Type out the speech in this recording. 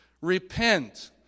Repent